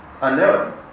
unknown